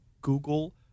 Google